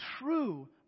True